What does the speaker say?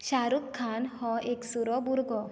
शाह रूख खान हो एकसुरो भुरगो